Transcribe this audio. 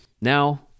Now